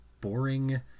boring